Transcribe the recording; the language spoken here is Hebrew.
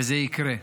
וזה יקרה.